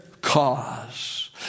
cause